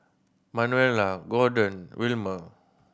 Manuela Gordon Wilmer